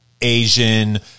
Asian